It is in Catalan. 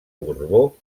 borbó